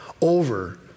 over